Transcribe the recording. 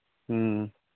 ꯎꯝ